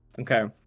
Okay